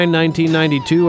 1992